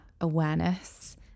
awareness